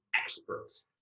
experts